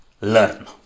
learn